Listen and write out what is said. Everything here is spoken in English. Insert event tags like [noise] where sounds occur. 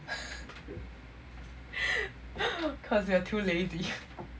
[breath] because we are too lazy